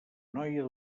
noia